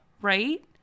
Right